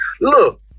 look